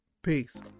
Peace